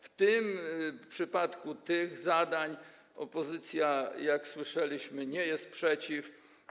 W przypadku tych zadań opozycja, jak słyszeliśmy, nie jest przeciw.